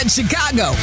Chicago